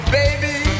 baby